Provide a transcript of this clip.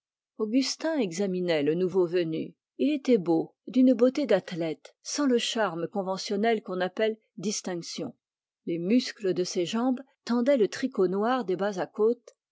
augustin examinait le nouveau venu il était beau d'une beauté d'athlète sans le charme conventionnel qu'on appelle distinction les muscles de ses jambes tendaient le tricot noir des bas à côtes